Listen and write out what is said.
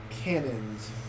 cannons